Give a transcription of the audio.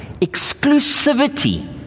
Exclusivity